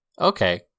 Okay